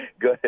Good